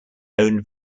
owned